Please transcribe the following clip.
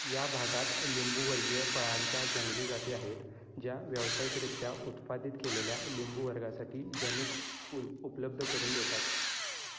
या भागात लिंबूवर्गीय फळांच्या जंगली जाती आहेत ज्या व्यावसायिकरित्या उत्पादित केलेल्या लिंबू वर्गासाठी जनुक पूल उपलब्ध करून देतात